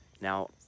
Now